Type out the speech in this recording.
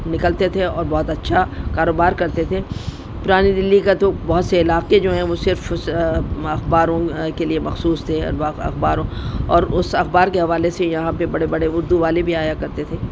نکلتے تھے اور بہت اچھا کاروبار کرتے تھے پرانی دلی کا تو بہت سے علاقے جو ہیں وہ صرف اخباروں کے لیے مخصوص تھے اخباروں اور اس اخبار کے حوالے سے یہاں پہ بڑے بڑے اردو والے بھی آیا کرتے تھے